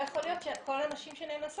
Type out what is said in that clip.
לא יכול להיות שכל הנשים שנאנסות